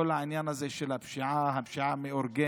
כל העניין הזה של הפשיעה המאורגנת,